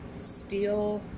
Steel